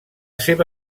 seva